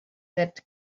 that